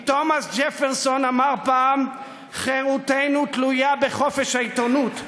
כי תומס ג'פרסון אמר פעם: חירותנו תלויה בחופש העיתונות,